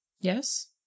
Yes